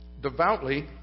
devoutly